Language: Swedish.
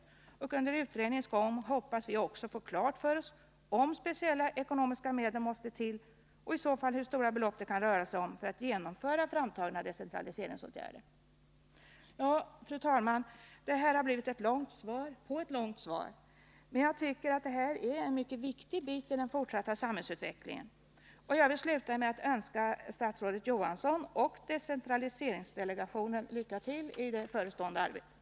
Vi hoppas också att vi under utredningens gång skall få klart för oss om speciella ekonomiska medel måste till, och i så fall hur stora belopp det kan röra sig om, för att genomföra framtagna decentraliseringsåtgärder. Ja, fru talman, det här har blivit ett långt svar på ett långt svar, men jag tycker att detta är en mycket viktig bit när det gäller den fortsatta samhällsutvecklingen. Jag vill sluta med att önska statsrådet Johansson och decentraliseringsdelegationen lycka till i det förestående arbetet.